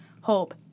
hope